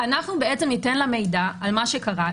אנחנו ניתן לה מידע על מה שקרה.